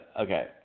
Okay